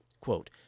quote